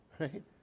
Right